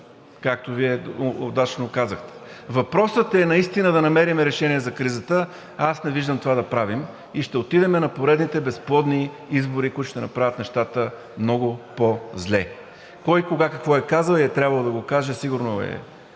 както Вие удачно казахте. Въпросът е наистина да намерим решение за кризата, а аз не виждам това да правим, и ще отидем на поредните безплодни избори, които ще направят нещата много по-зле. Кой, кога, какво е казал и е трябвало да го каже сигурно е